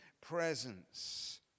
presence